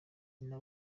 nyina